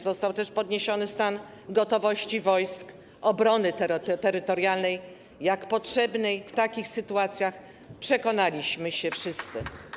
Został też podniesiony stan gotowości Wojsk Obrony Terytorialnej, jak potrzebnej w takich sytuacjach, przekonaliśmy się wszyscy.